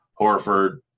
Horford